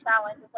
challenge